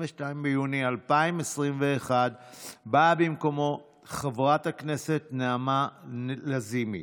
22 ביוני 2021, באה במקומו חברת הכנסת נעמה לזימי.